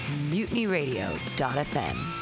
mutinyradio.fm